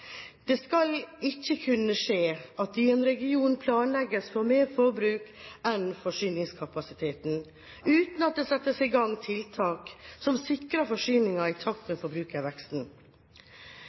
Det skal ikke kunne skje at det i en region planlegges for mer forbruk enn det som er forsyningskapasiteten, uten at det settes i gang tiltak som sikrer forsyningen i takt med forbrukerveksten. Ved den ellers så vellykkede dereguleringen av